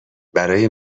برای